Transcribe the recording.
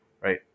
right